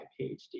PhD